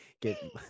get